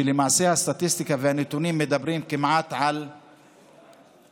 שלמעשה הסטטיסטיקה והנתונים מדברים כמעט על 40%